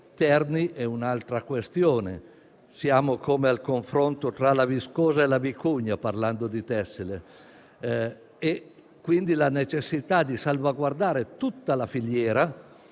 Terni è un'altra questione. È come confrontare la viscosa e la vicuña, parlando di tessile. Vi è, quindi, la necessità di salvaguardare tutta la filiera